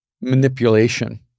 manipulation